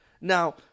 Now